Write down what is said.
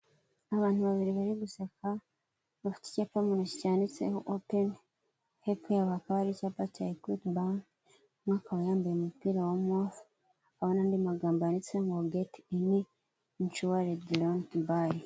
Abantu babiri bari guseka bafite icyapa mu ntoki cyanditseho openi hepfo yabo hakaba hari ekwiti umwa akaba yambaye umupira wa move hakaba n'andi magambo yanditsetseho ngo getini inshuwaredi lonidibayi.